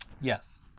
Yes